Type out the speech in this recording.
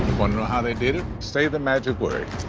wanna know how they did it? say the magic word.